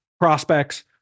prospects